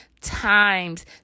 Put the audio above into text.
times